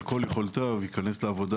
על כל יכולותיו ייכנס לעבודה,